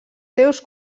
seus